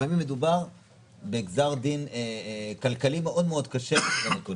לפעמים מדובר בגזר דין כלכלי מאוד מאוד קשה למובטלים.